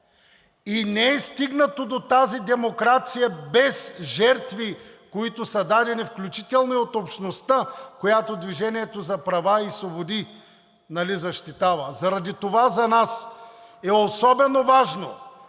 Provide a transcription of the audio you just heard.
И не е стигнато до тази демокрация без жертви, които са дадени, включително и от общността, която „Движение за права и свободи“ защитава. Заради това за нас е особено важно